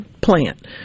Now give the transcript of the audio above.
plant